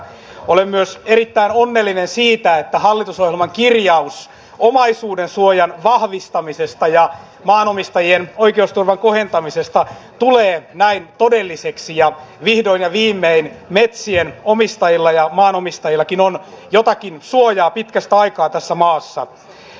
olen myös erittäin onnellinen siitä että hallitusohjelman kirjaus omaisuudensuojan vahvistamisesta ja maanomistajien oikeusturvan kohentamisesta tulee näin todelliseksi ja vihdoin ja viimein metsien omistajilla ja maanomistajillakin on jotakin suojaa pitkästä aikaa tässä maassa